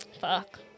Fuck